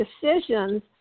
decisions